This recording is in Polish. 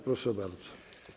Proszę bardzo.